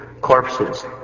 corpses